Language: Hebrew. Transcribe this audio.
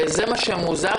זה מה שמוזר.